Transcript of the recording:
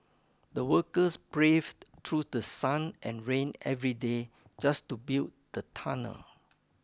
the workers braved through the sun and rain every day just to build the tunnel